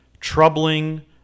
troubling